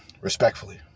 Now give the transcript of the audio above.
respectfully